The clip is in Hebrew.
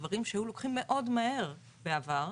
דברים שהיו לוקחים מאוד מהר בעבר,